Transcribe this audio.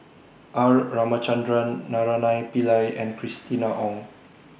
R Ramachandran Naraina Pillai and Christina Ong